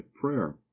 prayer